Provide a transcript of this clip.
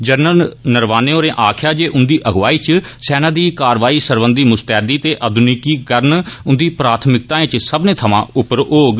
general Naravane होरें आक्खेया जे उंदी अगुआई इच सेना दी कार्रवाई सरबंधी मुस्तैदी ते आधुनिकीकरण उंदी प्राथमिकताएं इच सब्बनै थमां उप्पर होग